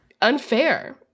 unfair